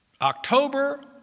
October